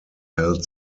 held